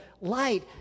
light